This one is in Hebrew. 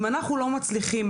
אם אנחנו לא מצליחים,